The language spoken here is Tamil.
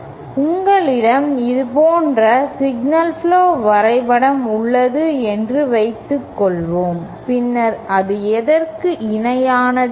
உங்களிடம் இது போன்ற சிக்னல் புளோ வரைபடம் உள்ளது என்று வைத்துக்கொள்வோம் பின்னர் இது இதற்கு இணையானது